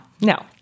No